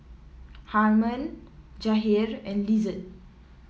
Harmon Jahir and Lizette